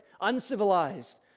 uncivilized